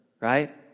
Right